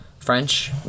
French